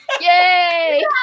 Yay